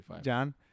John